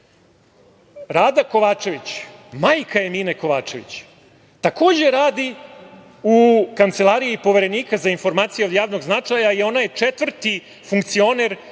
Rada Kovačević, majka Emine Kovačević, takođe radi u kancelariji Poverenika za informacije od javnog značaja i ona je četvrti funkcioner